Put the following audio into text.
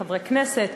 חברי כנסת,